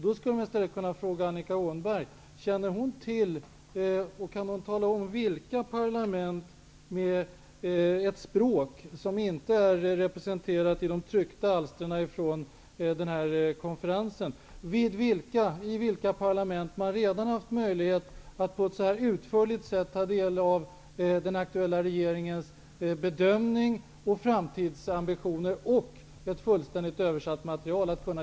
Då skulle man i stället kunna fråga Annika Åhnberg: Kan Annika Åhnberg tala om i vilka parlament, med ett språk som inte är representerat i de tryckta alstren från konferensen, man redan har haft möjlighet att på ett utförligt sätt ta del av och diskutera den aktuella regeringens bedömning och framtidsambitioner samt ett fullständigt översatt material?